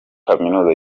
kaminuza